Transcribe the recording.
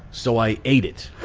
so i aided.